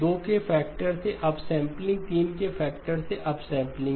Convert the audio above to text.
2 के फैक्टर से अपसैंपलिंग 3 के फैक्टर से अपसैंपलिंग